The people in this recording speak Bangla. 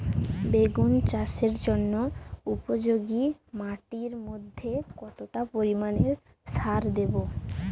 বেগুন চাষের জন্য উপযোগী মাটির মধ্যে কতটা পরিমান সার দেব?